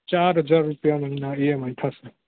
ચાર હજાર રુપિયા ના ઇએમઆઇ થશે